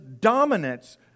dominance